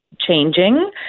changing